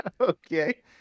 Okay